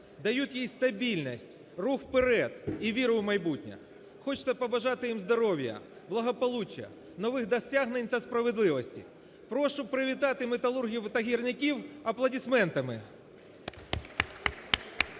дають їй стабільність, рух вперед і віру в майбутнє. Хочеться побажати їм здоров'я, благополуччя, нових досягнень та справедливості. Прошу привітати металургів та гірників аплодисментами.